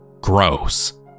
Gross